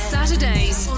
Saturdays